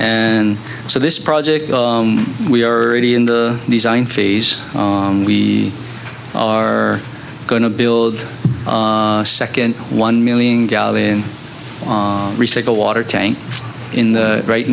and so this project we are already in the design phase we are going to build a second one million gallon recycled water tank in the right